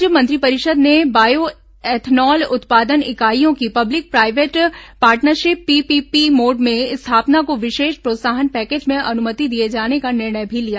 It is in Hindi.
राज्य मंत्रिपरिषद ने बायो एथेनॉल उत्पाद इकाईयों की public private partnership PP mode में स्थापना को विशेष प्रोत्साहन पैकेज में अनुमति दिए जाने का निर्णय भी लिया